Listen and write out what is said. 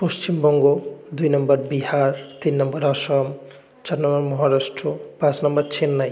পশ্চিমবঙ্গ দুই নম্বর বিহার তিন নম্বর অসম চার নম্বর মহারাষ্ট্র পাঁচ নম্বর চেন্নাই